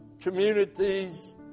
communities